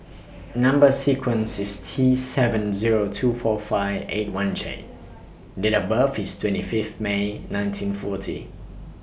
Number sequence IS T seven Zero two four five eight one J Date of birth IS twenty Fifth May nineteen forty